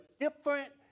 different